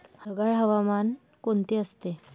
ढगाळ हवामान कोणते असते?